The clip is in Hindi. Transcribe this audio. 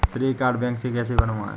श्रेय कार्ड बैंक से कैसे बनवाएं?